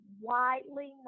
widely